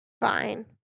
Fine